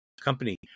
company